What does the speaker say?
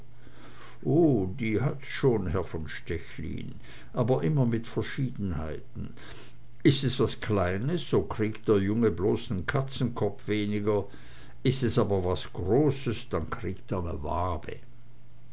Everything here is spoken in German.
oh die hat's schon herr von stechlin aber immer mit verschiedenheiten ist es was kleines so kriegt der junge bloß nen katzenkopp weniger ist es aber was großes dann kriegt er ne wabe